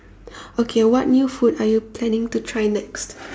okay what new food are you planning to try next